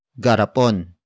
garapon